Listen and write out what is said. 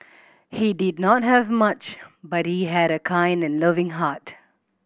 he did not have much but he had a kind and loving heart